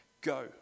Go